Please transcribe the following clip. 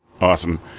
Awesome